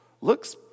looks